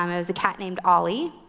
um it was a cat named ollie.